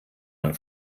man